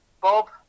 Bob